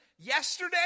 yesterday